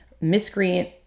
miscreant